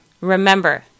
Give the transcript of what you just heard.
Remember